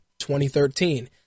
2013